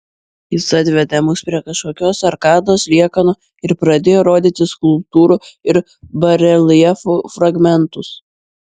jis atvedė mus prie kažkokios arkados liekanų ir pradėjo rodyti skulptūrų ir bareljefų fragmentus